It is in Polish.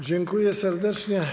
Dziękuję serdecznie.